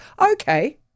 Okay